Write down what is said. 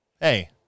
hey